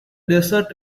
desert